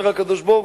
אומר הקב"ה,